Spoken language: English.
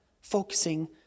focusing